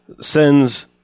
Sends